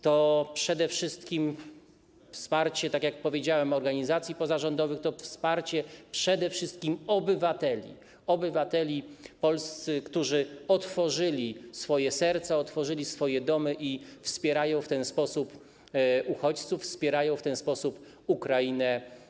To przede wszystkim wsparcie, tak jak powiedziałem, organizacji pozarządowych, to wsparcie przede wszystkim obywateli polskich, którzy otworzyli swoje serca, otworzyli swoje domy i wspierają w ten sposób uchodźców, wspierają w ten sposób Ukrainę.